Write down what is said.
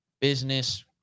business